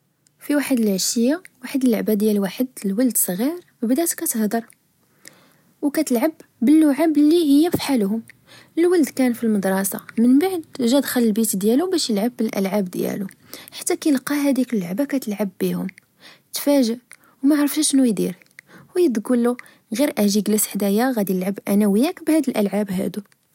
في واحد العشية، واحد اللعبة ديال واحد الولد صغير بدات كتهضر، أو كتلعب باللعب لي هي فحالهم، الولد كان في المدرسة، من بعد جا دخل البيت ديالو باش يلعب بالألعاب ديالو، حتى كلقى هاديك اللعبة كتلعب بيهم، تفاجئ، ومعرفش أشنو يدير، وهي تچولو غير أجي چلس حدايا، غدي لعب أنا وياك بهاد الألعاب هادو